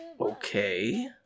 Okay